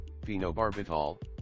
Phenobarbital